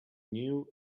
new